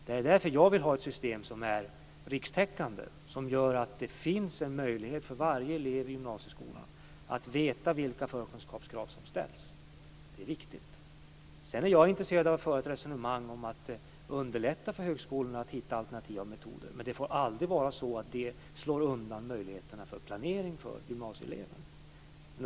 Det är därför som jag vill ha ett system som är rikstäckande som gör att det finns en möjlighet för varje elev i gymnasieskolan att veta vilka förkunskapskrav som ställs. Det är viktigt. Sedan är jag intresserad av att föra ett resonemang om att underlätta för högskolorna att hitta alternativa metoder. Men det får aldrig vara så att det slår undan möjligheterna för planering för gymnasieeleven.